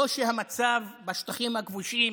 לא שהמצב בשטחים הכבושים